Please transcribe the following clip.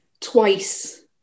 twice